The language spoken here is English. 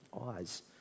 eyes